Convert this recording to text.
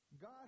God